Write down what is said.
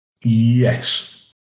Yes